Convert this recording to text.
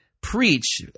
preach